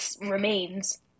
remains